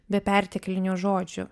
be perteklinių žodžių